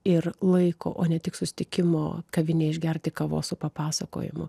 ir laiko o ne tik susitikimo kavinėje išgerti kavos su papasakojimu